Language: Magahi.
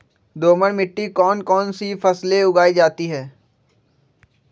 दोमट मिट्टी कौन कौन सी फसलें उगाई जाती है?